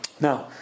now